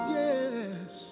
yes